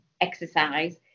exercise